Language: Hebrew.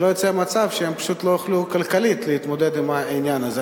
שלא יצא מצב שהם פשוט לא יוכלו כלכלית להתמודד עם העניין הזה.